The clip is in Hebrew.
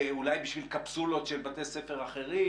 אולי בשביל קפסולות של בתי ספר אחרים?